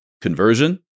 Conversion